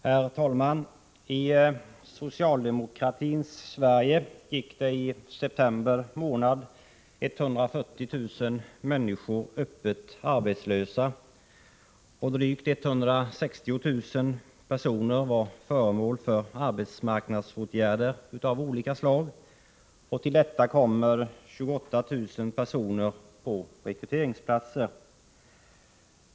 Herr talman! I socialdemokratins Sverige gick det i september månad 140 000 människor arbetslösa, och drygt 160 000 personer var föremål för arbetsmarknadsåtgärder av olika slag. Till detta kommer 28 000 personer på rekryteringsplatser.